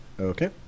Okay